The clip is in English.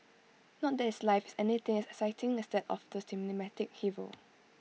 not that his life is anything as exciting as that of the cinematic hero